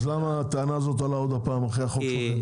אז למה הטענה הזו עולה עוד הפעם אחרי החוק שלכם?